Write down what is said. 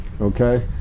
Okay